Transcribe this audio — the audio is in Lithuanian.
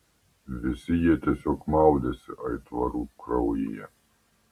visi jie tiesiog maudėsi aitvarų kraujyje